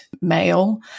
male